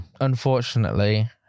Unfortunately